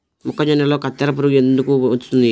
మొక్కజొన్నలో కత్తెర పురుగు ఎందుకు వస్తుంది?